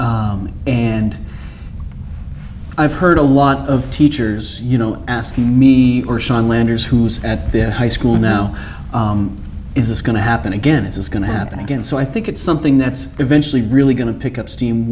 and i've heard a lot of teachers you know asking me or sean landers who's at their high school now is this going to happen again this is going to happen again so i think it's something that's eventually really going to pick up steam